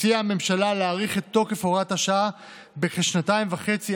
הציעה הממשלה להאריך את תוקף הוראת השעה בכשנתיים וחצי,